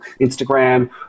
Instagram